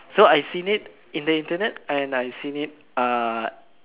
so I seen it in the Internet and I seen it uh